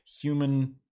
human